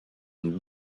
une